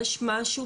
יש משהו